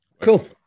cool